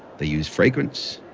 they use fragrance,